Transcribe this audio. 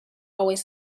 always